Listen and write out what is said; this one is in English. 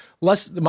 less